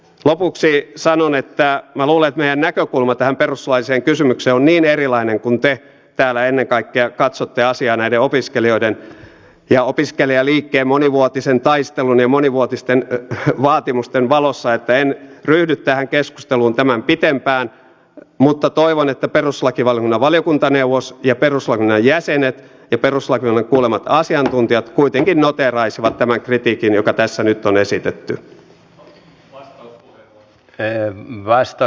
lopuksi sanon että luulen että meidän näkökulmamme tähän perustuslailliseen kysymykseen ovat niin erilaiset kun te täällä ennen kaikkea katsotte asiaa näiden opiskelijoiden ja opiskelijaliikkeen monivuotisen taistelun ja monivuotisten vaatimusten valossa että en ryhdy tähän keskusteluun tämän pitempään mutta toivon että perustuslakivaliokunnan valiokuntaneuvos ja perustuslakivaliokunnan jäsenet ja perustuslakivaliokunnan kuulemat asiantuntijat kuitenkin noteeraisivat tämän kritiikin joka tässä nyt on esitetty